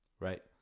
right